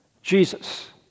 Jesus